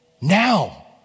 now